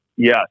Yes